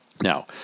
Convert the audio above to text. Now